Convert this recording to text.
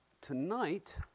tonight